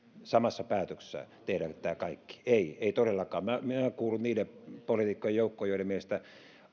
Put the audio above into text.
samassa päätöksessä tehdä tämä kaikki ei ei todellakaan minä kuulun niiden poliitikkojen joukkoon joiden mielestä